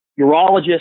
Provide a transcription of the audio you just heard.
urologist